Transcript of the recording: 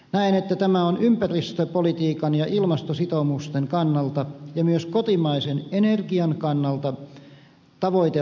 näen että tämä on ympäristöpolitiikan ja ilmastositoumusten kannalta ja myös kotimaisen energian kannalta tavoiteltava asia